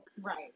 Right